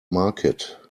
market